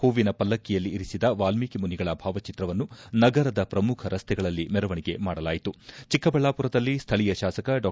ಹೂವಿನ ಪಲ್ಲಕ್ಕಿಯಲ್ಲಿ ಇರಿಸಿದ ವಾಲ್ಮೀಕಿ ಮುನಿಗಳ ಭಾವಚಿತ್ರವನ್ನು ನಗರದ ಪ್ರಮುಖ ರಸ್ತೆಗಳಲ್ಲಿ ಮೆರವಣಿಗೆ ಮಾಡಲಾಯಿತು ಚಿಕ್ಕಬಳ್ಳಾಪುರದಲ್ಲಿ ಸ್ಥಳೀಯ ಶಾಸಕ ಡಾ